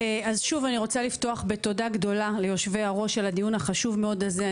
אני רוצה לפתוח בתודה גדולה ליושבי הראש של הדיון החשוב מאוד הזה.